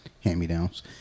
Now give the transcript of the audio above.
hand-me-downs